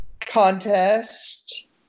contest